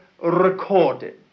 recorded